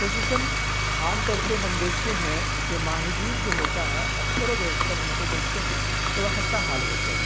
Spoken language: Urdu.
خصوصاً عام طور پہ ہم دیکھتے ہیں کہ ماہی گیر جو ہوتا ہے اکثر و بیشتر ان کو دیکھتے ہیں کہ وہ خستہ حال ہوتے ہیں